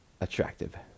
attractive